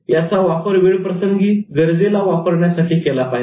याचा वापर वेळप्रसंगी गरजेला वापरण्यासाठी केला पाहिजे